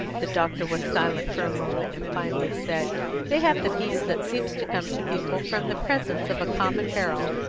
the doctor was silent for a moment, and finally said they have the peace that seems to come to people from the presence of a common peril,